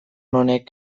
honek